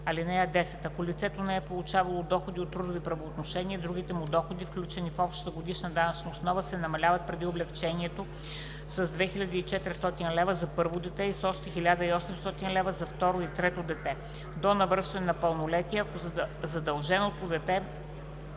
чл. 42. (10) Ако лицето не е получавало доходи от трудови правоотношения, другите му доходи, включени в общата годишна данъчна основа се намаляват преди облагането с 2400 лв. за първо дете и с още 1800 лв. за второ и трето дете – до навършване на пълнолетие, ако задълженото дете